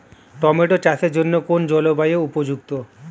Tomato চাষের জন্য কোন জলবায়ু উপযুক্ত?